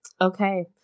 okay